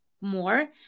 more